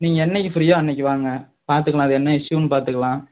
நீங்கள் என்னிக்கு ஃப்ரீயோ அன்னிக்கு வாங்க பார்த்துக்கலாம் அது என்ன இஷ்யூன்னு பார்த்துக்கலாம்